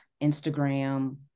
Instagram